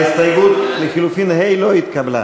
ההסתייגות לחלופין (ה) לא התקבלה.